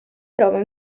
trova